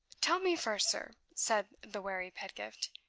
tell me first, sir, said the wary pedgift,